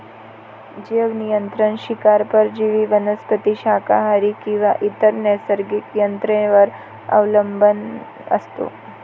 जैवनियंत्रण शिकार परजीवी वनस्पती शाकाहारी किंवा इतर नैसर्गिक यंत्रणेवर अवलंबून असते